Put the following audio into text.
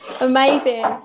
Amazing